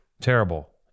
Terrible